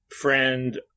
friend